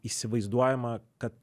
įsivaizduojama kad